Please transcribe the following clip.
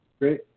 Great